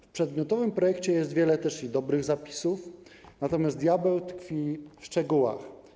W przedmiotowym projekcie jest wiele też dobrych zapisów, natomiast diabeł tkwi w szczegółach.